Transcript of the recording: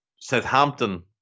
Southampton